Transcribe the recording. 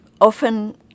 often